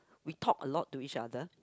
we talk a lot to each other